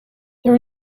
there